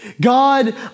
God